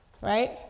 right